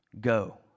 Go